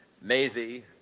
Maisie